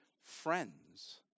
friends